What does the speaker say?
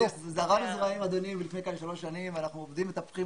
זרענו זרעים לפני שלוש שנים ואנחנו עובדים ומטפחים